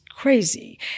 Crazy